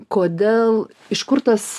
kodėl iš kur tas